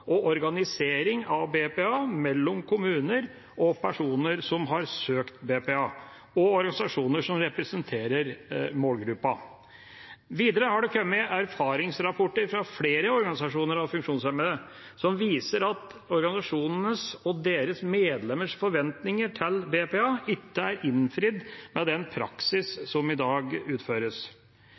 og organisering av BPA mellom kommuner og personer som har søkt BPA, og organisasjoner som representerer målgruppen. Videre har det kommet erfaringsrapporter fra flere organisasjoner av funksjonshemmede, som viser at organisasjonenes og deres medlemmers forventninger til BPA ikke er innfridd med den praksis som i dag utføres.